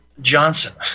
Johnson